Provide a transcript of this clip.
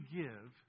give